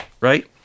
Right